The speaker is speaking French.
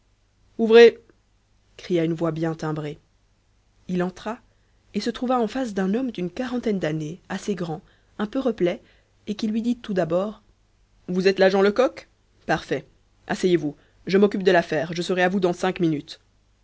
ouvrez cria une voix bien timbrée il entra et se trouva en face d'un homme d'une quarantaine d'années assez grand un peu replet et qui lui dit tout d'abord vous êtes l'agent lecoq parfait asseyez-vous je m'occupe de l'affaire je serai à vous dans cinq minutes